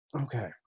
Okay